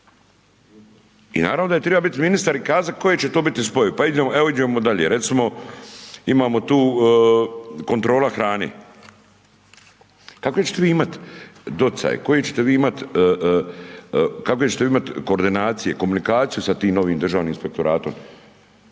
I naravno da je triba bit ministar i kazat koje će to biti spoj. Pa evo iđemo dalje, recimo, imamo tu kontrola hrane, kakve će te vi imat docaj, koji će te vi imat, kakve će te vi imat koordinacije, komunikaciju sa tim novim Državnim inspektoratom?